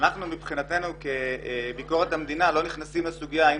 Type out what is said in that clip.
אנחנו מבחינתנו כביקורת המדינה לא נכנסים לסוגיה האם